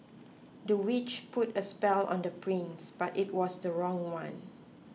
the witch put a spell on the prince but it was the wrong one